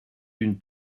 une